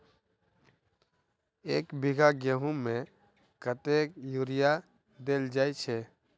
एक बीघा गेंहूँ मे कतेक यूरिया देल जाय छै?